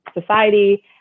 society